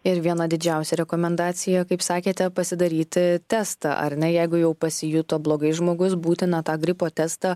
ir viena didžiausia rekomendacija kaip sakėte pasidaryti testą ar ne jeigu jau pasijuto blogai žmogus būtina tą gripo testą